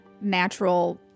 natural